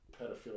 pedophilia